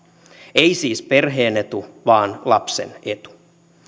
ei siis perheen etu vaan lapsen etu